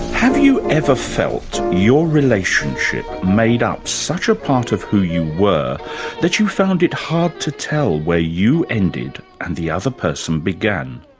have you ever felt your relationship made up such a part of who you were that you found it hard to tell where you ended and the other person began?